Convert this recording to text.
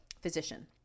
physician